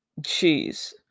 Jeez